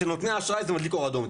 אצל נותני האשראי זה מדליק אור אדום.